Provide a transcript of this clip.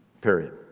period